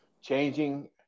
changing